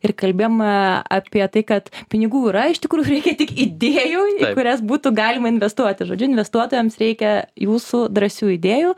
ir kalbėjome apie tai kad pinigų yra iš tikrųjų reikia tik idėjų kurias būtų galima investuoti žodžiu investuotojams reikia jūsų drąsių idėjų